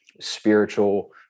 spiritual